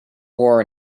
wore